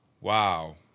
wow